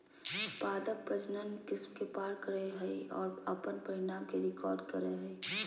पादप प्रजनन किस्म के पार करेय हइ और अपन परिणाम के रिकॉर्ड करेय हइ